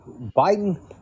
Biden